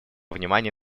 внимания